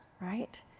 right